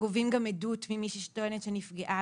גובים גם עדות ממי שטוענת שנפגעה